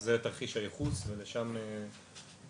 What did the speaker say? זה תרחיש הייחוס ולשם נערכים.